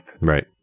Right